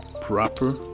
proper